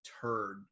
turd